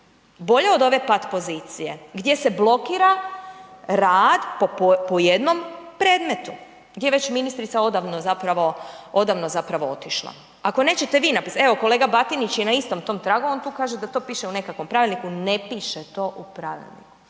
bolje od ove pat pozicije gdje se blokira rad po jednom predmetu, gdje je već ministrica odavno zapravo, odavno zapravo otišla. Ako nećete vi .../Govornik se ne razumije./..., evo kolega Batinić je na istom tom tragu, on tu kaže da to piše u nekakvom pravilniku, ne piše to u pravilniku.